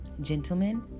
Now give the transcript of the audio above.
Gentlemen